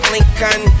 Lincoln